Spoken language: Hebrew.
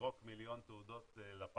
לזרוק מיליון תעודות לפח,